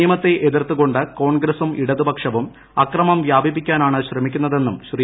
നിയമത്തെ എതിർത്തു കൊണ്ട് കോൺഗ്രസും ഇടതുപക്ഷവും അക്രമം വ്യാപിപ്പിക്കാനാണ് ശ്രമിക്കുന്നതെന്നും ശ്രീ